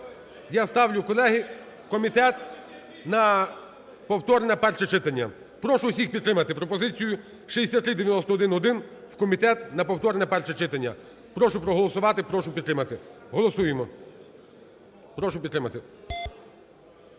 Я ставлю, колеги, комітет на повторне перше читання. Прошу всіх підтримати пропозицію 6391-1 в комітет на повторне перше читання. Прошу проголосувати, прошу підтримати. Голосуємо. Прошу підтримати.